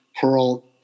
pearl